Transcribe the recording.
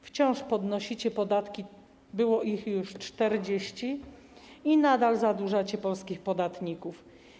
Wciąż podnosicie podatki - było ich już 40 - i nadal zadłużacie polskich podatników.